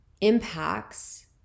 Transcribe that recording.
impacts